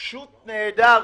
פשוט נהדר.